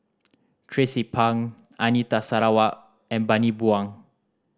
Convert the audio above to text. Tracie Pang Anita Sarawak and Bani Buang